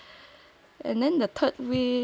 and then the third wish um